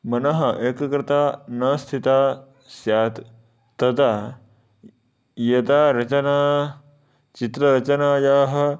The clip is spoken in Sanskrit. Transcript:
मनः एककृता न स्थिता स्यात् तदा यथा रचना चित्ररचनायाः